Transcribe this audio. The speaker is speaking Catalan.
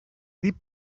dir